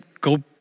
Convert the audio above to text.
go